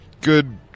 Good